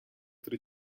tre